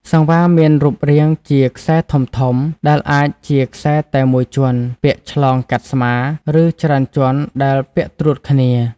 សង្វារមានរូបរាងជា ខ្សែធំៗ ដែលអាចជាខ្សែតែមួយជាន់ ពាក់ឆ្លងកាត់ស្មា ឬច្រើនជាន់ដែលពាក់ត្រួតគ្នា។